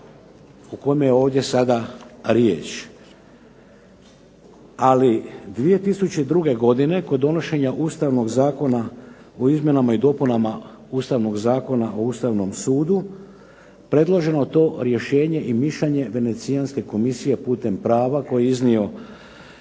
o kome je ovdje sada riječ. Ali 2002. godine kod donošenja Ustavnog zakona o izmjenama i dopunama Ustavnog zakona o Ustavnom sudu predloženo je to rješenje i mišljenje Venecijanske komisije putem prava koji je iznio